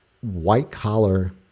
white-collar